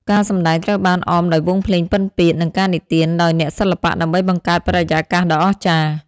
ការសម្ដែងត្រូវបានអមដោយវង់ភ្លេងពិណពាទ្យ និងការនិទានដោយអ្នកសិល្បៈដើម្បីបង្កើតបរិយាកាសដ៏អស្ចារ្យ។